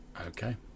okay